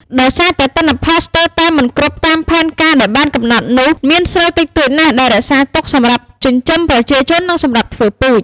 ដោយសារតែទិន្នផលស្ទើរតែមិនគ្រប់តាមផែនការដែលបានកំណត់នោះ មានស្រូវតិចតួចណាស់ ដែលរក្សាទុក សម្រាប់ចិញ្ចឹមប្រជាជននិងសម្រាប់ធ្វើពូជ។